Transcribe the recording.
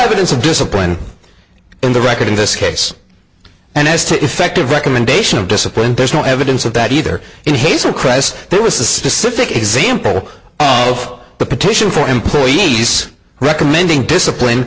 evidence of discipline in the record in this case and as to effective recommendation of discipline there's no evidence of that either in haste or crisis there was a specific example of the petition for employees recommending discipline